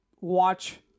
watch